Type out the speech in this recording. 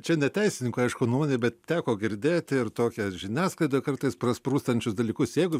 čia ne teisininkui aišku nuomonė bet teko girdėti ir tokias žiniasklaidoj kartais prasprūstančius dalykus jeigu